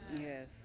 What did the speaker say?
Yes